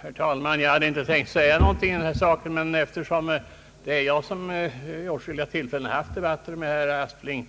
Herr talman! Jag hade inte tänkt att säga något ytterligare i den här frågan. Men eftersom jag vid många tillfällen haft debatter med herr Aspling